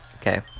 Okay